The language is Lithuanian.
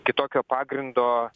kitokio pagrindo